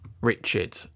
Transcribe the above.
Richard